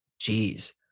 Jeez